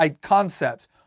concepts